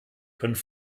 können